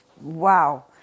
Wow